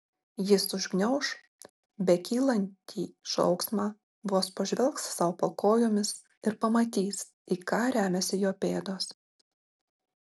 jis užgniauš bekylantį šauksmą vos pažvelgs sau po kojomis ir pamatys į ką remiasi jo pėdos